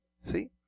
see